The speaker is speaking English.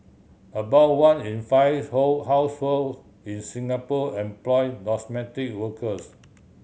about one in five household in Singapore employ domestic workers